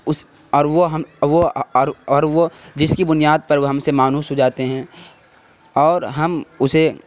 اس اور وہ ہم وہ اور وہ جس کی بنیاد پر وہ ہم سے مانوس ہو جاتے ہیں اور ہم اسے